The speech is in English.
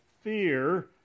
fear